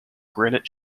granite